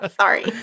Sorry